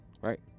right